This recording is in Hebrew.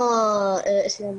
כמו שאמרת אתם